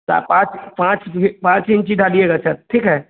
चार पाँच पाँच फीट पाँच इंच ही डालिएगा छत ठीक है